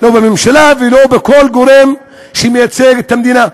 לא בממשלה ולא בכל גורם שמייצג את המדינה.